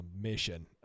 mission